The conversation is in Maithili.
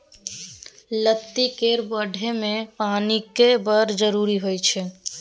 लत्ती केर बढ़य मे पानिक बड़ जरुरी होइ छै